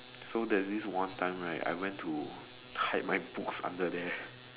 so there's this one time right I went to hide my books under there